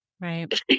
Right